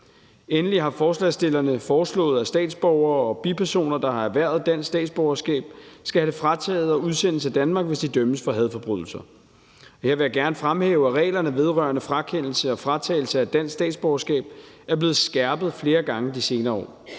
Endelig har forslagsstillerne foreslået, at statsborgere og bipersoner, der har erhvervet dansk statsborgerskab, skal have det frataget og udsendes af Danmark, hvis de dømmes for hadforbrydelser. Her vil jeg gerne fremhæve, at reglerne vedrørende frakendelse og fratagelse af dansk statsborgerskab er blevet skærpet flere gange de senere år.